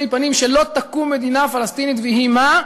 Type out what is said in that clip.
פנים שלא תקום מדינה פלסטינית ויהי מה,